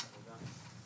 חומרים.